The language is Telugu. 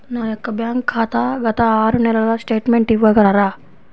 నా యొక్క బ్యాంక్ ఖాతా గత ఆరు నెలల స్టేట్మెంట్ ఇవ్వగలరా?